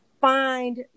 find